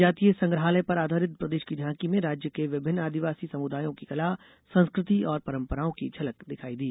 जनजातीय संग्रहालय पर आधारित प्रदेश की झांकी में राज्य के विभिन्न आदिवासी समुदायों की कला संस्कृति और पंरपराओं की झलक दिखायी दी